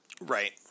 Right